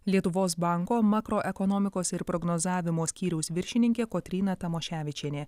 lietuvos banko makroekonomikos ir prognozavimo skyriaus viršininkė kotryna tamoševičienė